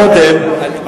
קודם,